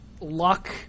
luck